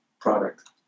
product